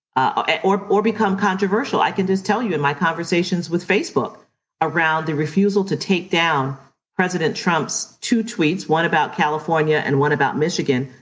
ah or or become controversial. i can just tell you in my conversations with facebook around the refusal to take down president trump's two tweets, one about california and one about michigan,